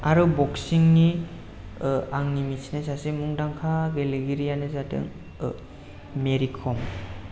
आरो बक्सिं नि आंनि मिथिनाय सासे मुंदांखा गेलेगिरियानो जादों मेरिकम